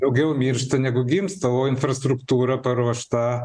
daugiau miršta negu gimsta o infrastruktūra paruošta